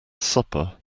supper